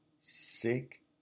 sick